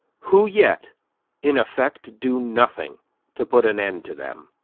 who yet in effect do nothing to put an end to them